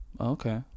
Okay